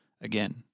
again